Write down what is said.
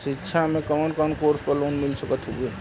शिक्षा मे कवन कवन कोर्स पर लोन मिल सकत हउवे?